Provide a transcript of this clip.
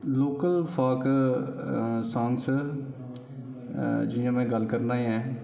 local folk songs जियां में गल्ल करना ऐ